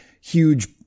Huge